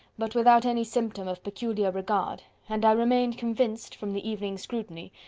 but without any symptom of peculiar regard, and i remained convinced from the evening's scrutiny,